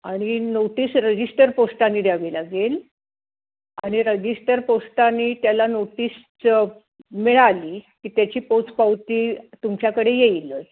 आणि notice register पोस्टाने द्यावी लागेल आणि रजिस्टर पोस्टाने त्याला नोटीस मिळाली की त्याची पोचपावती तुमच्याकडे येईलच